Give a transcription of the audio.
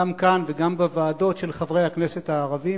גם כאן וגם בוועדות, של חברי הכנסת הערבים,